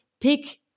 pick